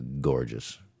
gorgeous